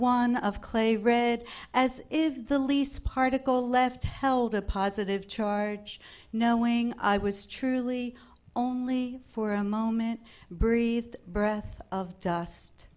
one of clay read as if the least particle left held a positive charge knowing i was truly only for a moment breathe the breath of dust